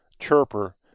chirper